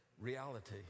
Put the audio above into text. reality